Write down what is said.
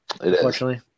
unfortunately